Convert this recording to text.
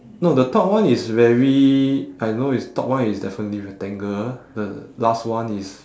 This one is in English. no the top one is very I know it's top one is definitely rectangle the last one is